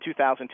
2000